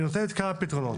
היא נותנת כמה פתרונות.